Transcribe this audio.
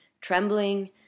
trembling